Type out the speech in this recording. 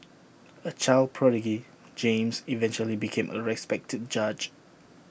A child prodigy James eventually became A respected judge